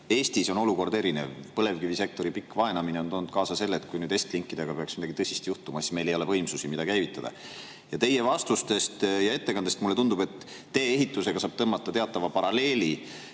Eestis on olukord erinev. Põlevkivisektori pikk vaenamine on toonud kaasa selle, et kui nüüd Estlinkidega peaks midagi tõsist juhtuma, siis meil ei ole võimsusi, mida käivitada. Ja teie vastuste ja ettekande põhjal mulle tundub, et siin saab tõmmata teatava paralleeli